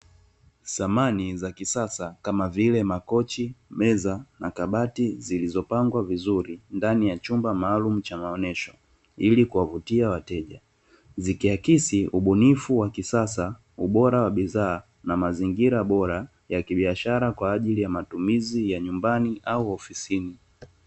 Samani za kisasa kama vile makochi, meza na kabati zilizopangwa vizuri ndani ya chumba maalumu cha maonesho, ili kuwavutia wateja zikiakisi ubunifu wa kisasa ubora wa bidhaa na mazingira bora ya kibiashara kwa ajili ya matumizi ya nyumbani au ofisini.